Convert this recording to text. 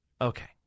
Okay